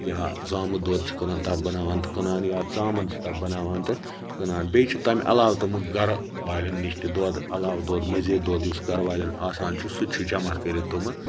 یا زامُت دۄد چھِ کٕنان تَتھ بناوان تہٕ کٕنان چھِ یا ژامَن چھِ تَتھ بَناوان تہٕ کٕنان بیٚیہِ چھِ تَمہِ علاوٕ تم گَرٕ والین نِش تہٕ دۄد علاوٕ دۄد مٔزیٖد دۄد یُس گر والین آسان چھُ سُہ تہِ چھُ جَمع کٔرِتھ تِمہٕ